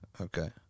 Okay